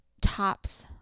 tops